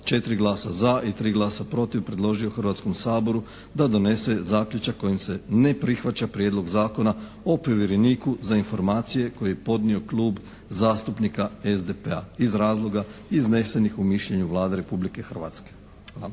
4 glasa za i 3 glasa protiv, predložio Hrvatskom saboru da donese zaključak kojim se ne prihvaća Prijedlog zakona o povjereniku za informacije koji je podnio Klub zastupnika SDP-a iz razloga iznesenih u mišljenju Vlade Republike Hrvatske.